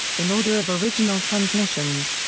in order of original transmissions,